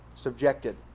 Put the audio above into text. subjected